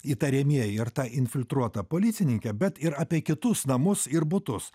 įtariamieji ir ta infiltruota policininkė bet ir apie kitus namus ir butus